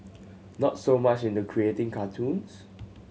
not so much into creating cartoons